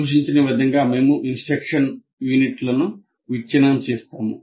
సూచించిన విధంగా మేము ఇన్స్ట్రక్షన్ యూనిట్ను విచ్ఛిన్నం చేస్తాము